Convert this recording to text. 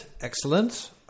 excellent